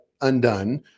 undone